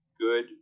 good